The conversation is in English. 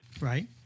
Right